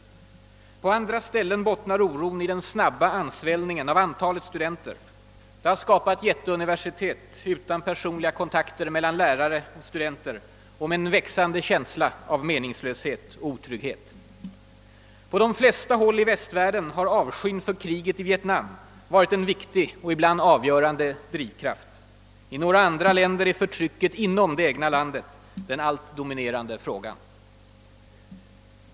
På andra ställen bottnar oron i den snabba ansvällningen av antalet studenter. Det har skapat jätteuniversitet utan personliga kontakter mellan lärare och studenter och med en växande känsla av meningslöshet och otrygghet. På de flesta håll i västvärlden har avskyn för kriget i Vietnam varit en viktig och ibland avgörande drivkraft. I några andra länder är förtrycket inom det egna landet den allt dominerande frågan.